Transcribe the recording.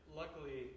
luckily